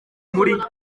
muri